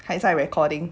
还在 recording